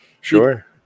Sure